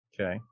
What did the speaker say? Okay